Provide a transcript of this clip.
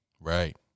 Right